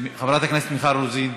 חברת הכנסת מיכל רוזין,